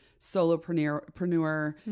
solopreneur